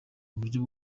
uburyo